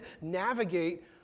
navigate